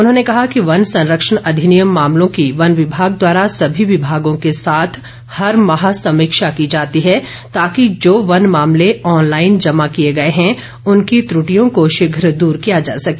उन्होंने कहा कि वन संरक्षण अधिनियम मामलों की वन विभाग द्वारा सभी विभागों के साथ हर माह समीक्षा की जाती है ताकि जो वन मामले ऑनलाइन जमा किए गए है उनकी त्रुटियों को शीघ्र दूर किया जा सके